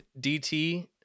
DT